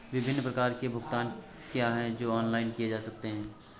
विभिन्न प्रकार के भुगतान क्या हैं जो ऑनलाइन किए जा सकते हैं?